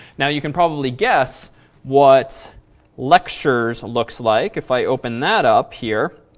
now you can probably guess what lectures looks like. if i open that up here,